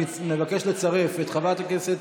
אני מבקש לצרף את חברת הכנסת